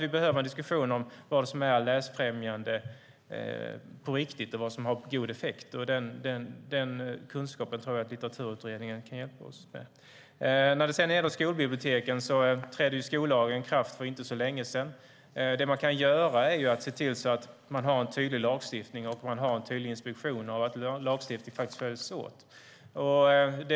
Vi behöver en diskussion om vad som är läsfrämjande på riktigt och vad som har god effekt. Den kunskapen tror jag att Litteraturutredningen kan hjälpa oss med. När det gäller skolbiblioteken trädde skollagen i kraft för inte så länge sedan. Det man kan göra är att skapa en tydlig lagstiftning och att det finns en tydlig inspektion av att lagstiftningen följs.